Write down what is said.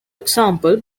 example